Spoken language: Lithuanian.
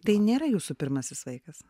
tai nėra jūsų pirmasis vaikas